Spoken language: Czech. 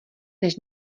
než